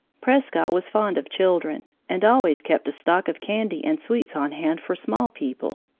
prescott was fond of children and always kept a stock of candy and sweets on hand for small people.